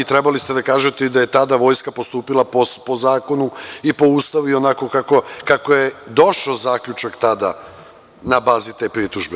Trebali ste da kažete i da je tada vojska postupala po zakonu i po Ustavu i onako kako je došao zaključak tada, na bazi te pritužbe.